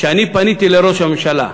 כשאני פניתי לראש הממשלה,